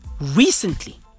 recently